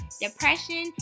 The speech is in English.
depression